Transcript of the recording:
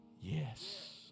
yes